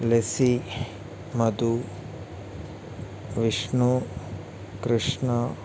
lessee Madhu Vishnu Krishna